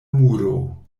muro